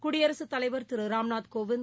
குடியரசுத் தலைவர் திருராம்நாத் கோவிந்த்